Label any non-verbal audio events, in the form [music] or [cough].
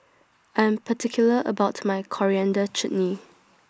I Am particular about My Coriander Chutney [noise]